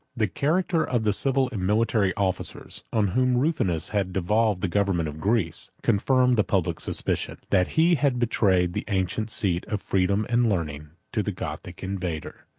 the character of the civil and military officers, on whom rufinus had devolved the government of greece, confirmed the public suspicion, that he had betrayed the ancient seat of freedom and learning to the gothic invader.